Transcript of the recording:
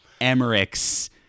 Emmerich's